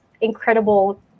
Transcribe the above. incredible